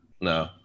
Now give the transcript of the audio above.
no